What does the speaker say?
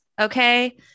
Okay